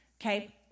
okay